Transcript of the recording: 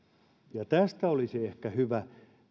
tästä olisi ehkä hyvä